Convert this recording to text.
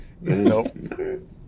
Nope